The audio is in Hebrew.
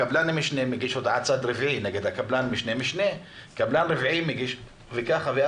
קבלן המשנה מגיש הודעת צד רביעי נגד קבלן המשנה-משנה וכך הלאה,